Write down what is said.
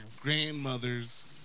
grandmother's